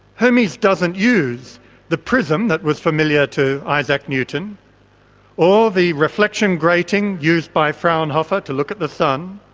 hermes doesn't use the prism that was familiar to isaac newton or the reflection grating used by fraunhofer to look at the sun,